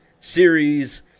series